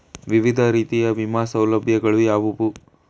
ವಿವಿಧ ರೀತಿಯ ವಿಮಾ ಸೌಲಭ್ಯಗಳು ಯಾವುವು?